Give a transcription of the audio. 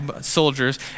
soldiers